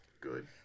good